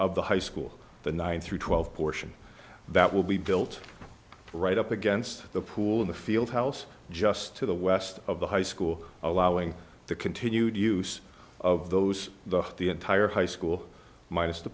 of the high school the nine through twelve portion that will be built right up against the pool in the field house just to the west of the high school allowing the continued use of those the the entire high school minus the